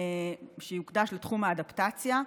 שיוקדש לתחום האדפטציה.